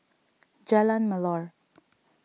Jalan Melor